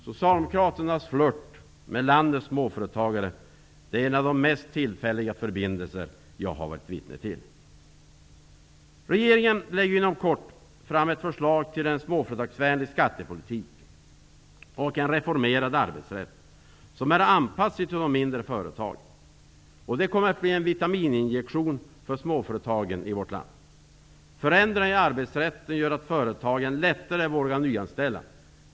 Socialdemokraternas flirt med landets småföretagare är en av de mest tillfälliga förbindelser jag varit vittne till. Regeringen lägger inom kort fram ett förslag till en småföretagsvänlig skattepolitik och en reformerad arbetsrätt som är anpassad till de mindre företagen. Det blir en vitamininjektion för småföretagen i vårt land. Förändringar i arbetsrätten gör att företagen lättare vågar nyanställa.